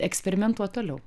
eksperimentuot toliau